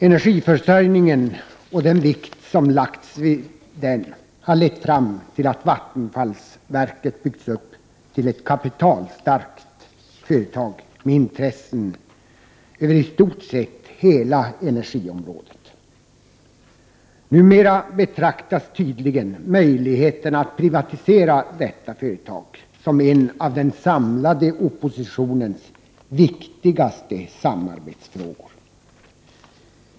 Energiförsörjningen och den vikt som lagts vid den har lett till att vattenfallsverket byggts upp till ett kapitalstarkt företag med intressen över i stort sett hela energiområdet. Numera betraktas tydligen möjligheterna att privatisera detta företag som en av den samlade oppositionens viktigaste samarbetsfrågor.